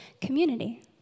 community